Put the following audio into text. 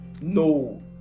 No